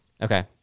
okay